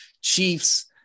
Chiefs